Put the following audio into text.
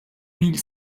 mille